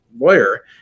lawyer